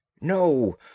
No